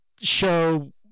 show